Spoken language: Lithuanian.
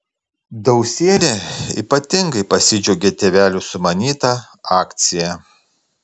dausienė ypatingai pasidžiaugė tėvelių sumanyta akcija